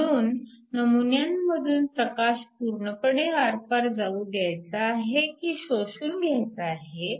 म्हणून नमुन्यामधून प्रकाश पूर्णपणे आरपार जाऊ द्यायचा आहे की शोषून घ्यायचा आहे